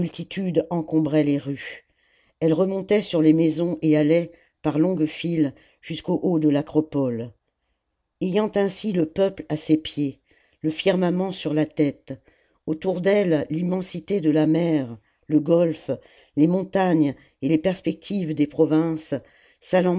encombrait les rues elle remontait sur les maisons et allait par longues files jusqu'au haut de l'acropole ayant ainsi le peuple à ses pieds le firmament sur la tête autour d'elle l'immensité de la mer le golfe les montagnes et les perspectives des provinces